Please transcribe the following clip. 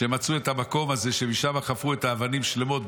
שמצאו את המקום הזה שמשם חפרו את האבנים שלמות,